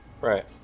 Right